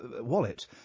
wallet